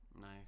Nice